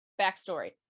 backstory